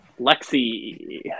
Lexi